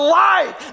light